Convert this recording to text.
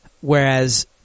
Whereas